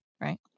Right